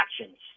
actions